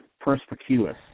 perspicuous